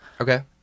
okay